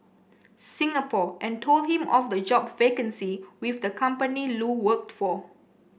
Singapore and told him of the job vacancy with the company Lu worked for